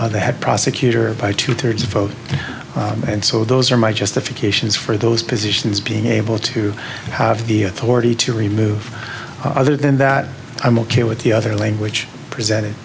ahead prosecutor by two thirds vote and so those are my justification is for those positions being able to have the authority to remove other than that i'm ok with the other language presented